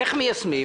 איך מיישמים?